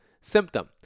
symptom